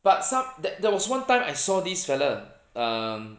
but some~ the~ there was one time I saw this fella um